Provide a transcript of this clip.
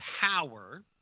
power